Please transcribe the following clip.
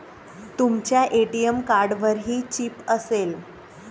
तुमच्या ए.टी.एम कार्डवरही चिप असेल